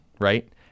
right